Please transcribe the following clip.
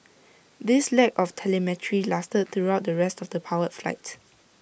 this lack of telemetry lasted throughout the rest of powered flight